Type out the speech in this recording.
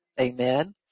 Amen